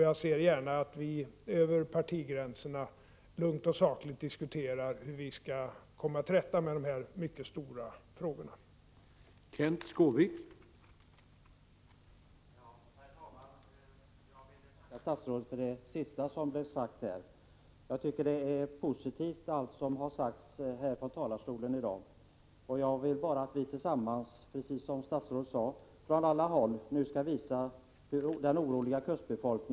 Jag ser gärna att vi, över partigränserna, lugnt och sakligt diskuterar hur vi skall komma till rätta med de mycket stora problem som vi här har talat om.